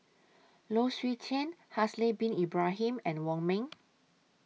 Low Swee Chen Haslir Bin Ibrahim and Wong Ming